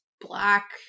black